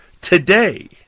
today